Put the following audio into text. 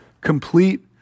Complete